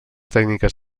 tècniques